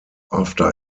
after